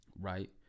Right